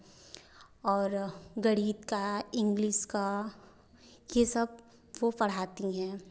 और गणित का इंग्लिश का यह सब वह पढ़ाती हैं